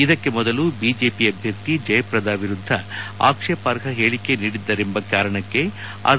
ಇದಕ್ಕೆ ಮೊದಲು ಬಿಜೆಪಿ ಅಭ್ಯರ್ಥಿ ಜಯಪ್ರದ ವಿರುದ್ದ ಆಕ್ಷೇಪಾರ್ಹ ಹೇಳಕೆ ನೀಡಿದ್ದರೆಂಬ ಕಾರಣಕ್ಕೆ ಅಜ